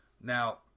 Now